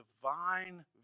divine